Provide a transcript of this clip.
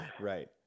Right